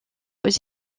aux